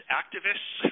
activists